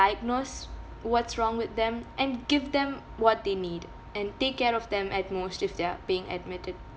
diagnose what's wrong with them and give them what they need and take care of them at most if they're being admitted